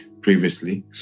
previously